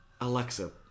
Alexa